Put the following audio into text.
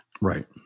Right